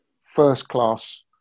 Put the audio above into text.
first-class